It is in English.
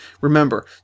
Remember